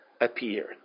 appeared